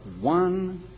one